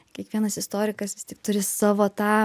kiekvienas istorikas vis tik turi savo tą